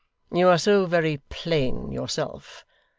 you are so very plain yourself,